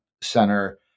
center